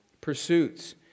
pursuits